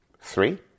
Three